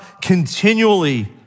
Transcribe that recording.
continually